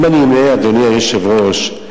אם אמנה, אדוני היושב-ראש,